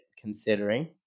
considering